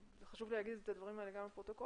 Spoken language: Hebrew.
חשוב לי לומר את הדברים האלה גם לפרוטוקול